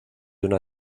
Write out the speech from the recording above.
una